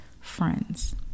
friends